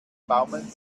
baumeln